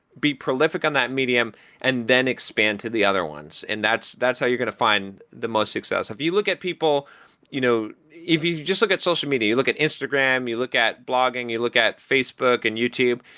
be prolific on that medium and then expand to the other ones, and that's that's how you're going to find the most success. if you look at people you know if you you just look at social media, you look at instagram, you look at blogging, you look at facebook and youtube,